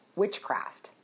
witchcraft